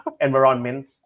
environment